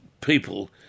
people